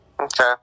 Okay